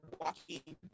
walking